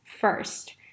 first